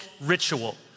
ritual